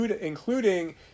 including